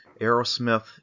Aerosmith